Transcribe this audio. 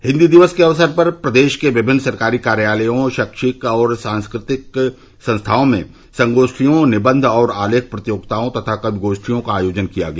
हिन्दी दिवस के अवसर पर प्रदेश के विभिन्न सरकारी कार्यालयों शैक्षिक और सांस्कृतिक संस्थाओं में संगोष्ठियों निबंध और आलेखन प्रतियोगिताओं तथा कवि गोष्ठियों का आयोजन किया गया